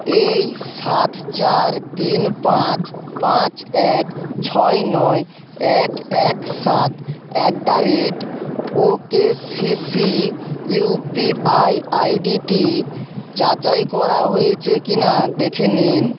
এই সাত চার তিন পাঁচ পাঁচ এক ছয় নয় এক এক সাত at the rate okay CC UPI আইডিটি যাচাই করা হয়েছে কি না দেখে নিন